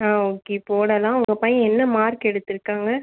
ஆ okay போடலாம் உங்கள் பையன் என்ன மார்க் எடுத்துருக்காங்க